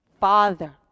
father